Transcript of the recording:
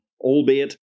Albeit